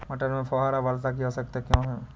मटर में फुहारा वर्षा की आवश्यकता क्यो है?